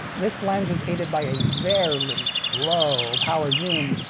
this lens is aided by a very slow power zoom,